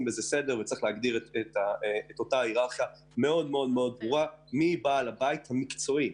את אותה היררכיה מאוד ברורה מי בעל הבית המקצועי.